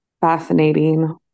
fascinating